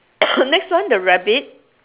next one the rabbit